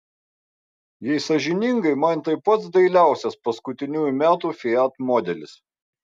jei sąžiningai man tai pats dailiausias paskutiniųjų metų fiat modelis